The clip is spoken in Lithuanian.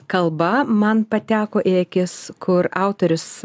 kalba man pateko į akis kur autorius